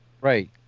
Right